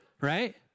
Right